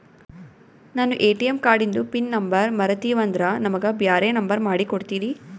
ನಾನು ಎ.ಟಿ.ಎಂ ಕಾರ್ಡಿಂದು pin number ಮರತೀವಂದ್ರ ನಮಗ ಬ್ಯಾರೆ ನಂಬರ್ ಮಾಡಿ ಕೊಡ್ತೀರಿ?